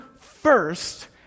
first